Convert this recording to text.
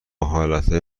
حالتهای